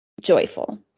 joyful